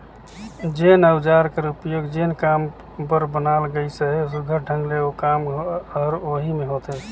जेन अउजार कर उपियोग जेन काम बर बनाल गइस अहे, सुग्घर ढंग ले ओ काम हर ओही मे होथे